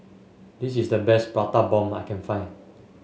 this is the best Prata Bomb I can find